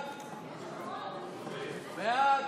פיצול הצעת חוק לתיקון פקודת המשטרה (מס' 39)